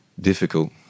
difficult